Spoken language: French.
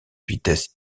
vitesse